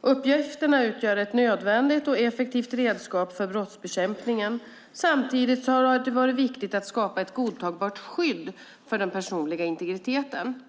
Uppgifterna utgör ett nödvändigt och effektivt redskap för brottsbekämpningen. Samtidigt har det varit viktigt att skapa ett godtagbart skydd för den personliga integriteten.